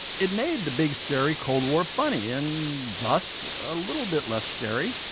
it made the big scary cold war funny and thus a little bit less scary.